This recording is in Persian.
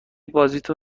بازیتو